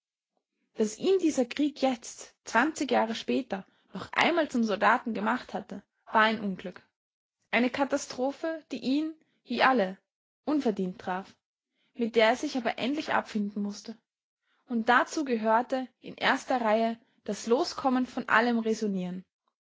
daß ihn dieser krieg jetzt zwanzig jahre später noch einmal zum soldaten gemacht hatte war ein unglück eine katastrophe die ihn wie alle unverdient traf mit der er sich aber endlich abfinden mußte und dazu gehörte in erster reihe das loskommen von allem raisonieren